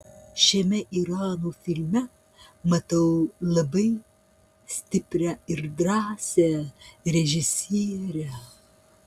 šiame irano filme matau labai stiprią ir drąsią režisierę